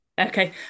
Okay